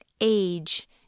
Age